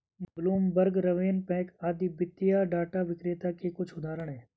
Bloomberg, RavenPack आदि वित्तीय data विक्रेता के कुछ उदाहरण हैं